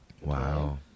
wow